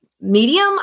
medium